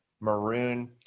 maroon